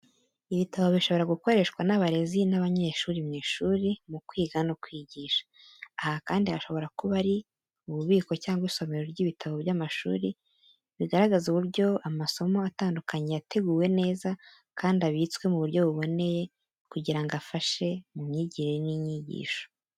Ibitabo bishobora gukoreshwa n’abarezi n’abanyeshuri mu ishuri mu kwiga no kwigisha. Aha kandi hashobora kuba ari ububiko cyangwa isomero ry’ibitabo by'amashuri, bigaragaza uburyo amasomo atandukanye yateguwe neza kandi abitswe mu buryo buboneye kugira ngo afashe mu myigire n’inyigisho.